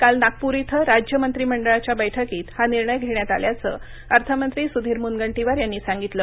काल नागपूर इथं राज्य मंत्रीमंडळाच्या बैठकीत हा निर्णय घेण्यात आल्याचं अर्थमंत्री सुधीर मुनगंटीवार यांनी सांगितलं